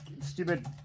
stupid